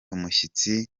umushyitsi